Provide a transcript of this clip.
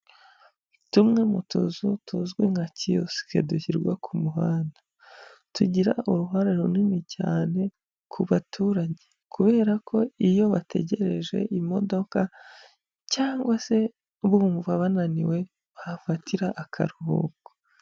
Ni tumwe mu tuzu tuzwi nka kiyosike dushyirwa ku muhanda, tugira uruhare runini cyane ku baturage kubera ko iyo bategereje imodoka cyangwa se bumva bananiwe bahafatira akaruhuko.